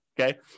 okay